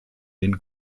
den